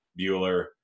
Bueller